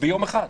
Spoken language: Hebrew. ביום אחד.